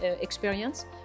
experience